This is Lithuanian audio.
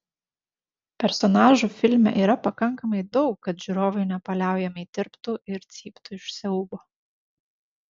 personažų filme yra pakankamai daug kad žiūrovai nepaliaujamai tirptų ir cyptų iš siaubo